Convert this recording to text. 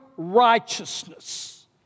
righteousness